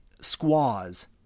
squaws